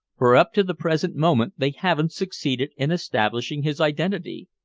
for up to the present moment they haven't succeeded in establishing his identity.